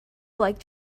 like